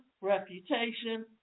reputation